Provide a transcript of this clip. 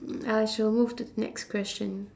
mm I shall move to the next question